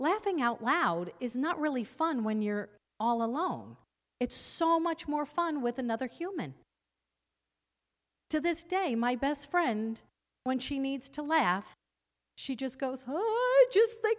laughing out loud is not really fun when you're all alone it's so much more fun with another human to this day my best friend when she needs to laugh she just goes home